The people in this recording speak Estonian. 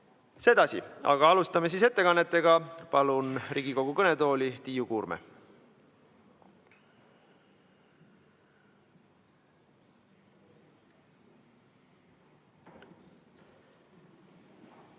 Sedasi. Aga alustame siis ettekannetega. Palun Riigikogu kõnetooli Tiiu Kuurme.